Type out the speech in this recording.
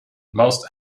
most